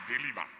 deliver